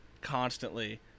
constantly